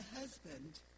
husband